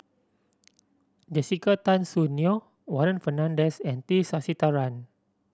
Jessica Tan Soon Neo Warren Fernandez and T Sasitharan